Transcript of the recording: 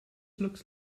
looks